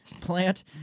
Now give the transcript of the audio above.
plant